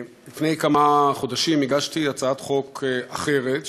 לפני כמה חודשים הגשתי הצעת חוק אחרת,